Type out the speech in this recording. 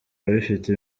bifite